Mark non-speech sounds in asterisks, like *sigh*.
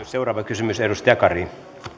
*unintelligible* seuraava kysymys edustaja kari